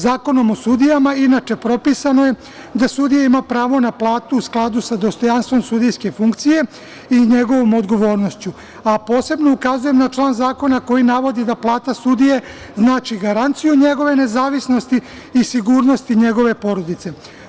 Zakonom o sudijama je inače propisano da sudija ima pravo na platu u skladu sa dostojanstvom sudijske funkcije i njegovom odgovornošću, a posebno ukazujem na član zakona koji navodi da plata sudije znači garanciju njegove nezavisnosti i sigurnosti njegove porodice.